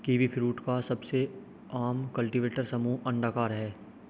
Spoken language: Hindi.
कीवीफ्रूट का सबसे आम कल्टीवेटर समूह अंडाकार है